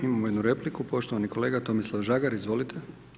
Imamo jednu repliku, poštovani kolega Tomislav Žagar, izvolite.